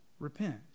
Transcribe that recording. Repent